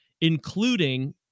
including